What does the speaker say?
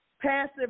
passive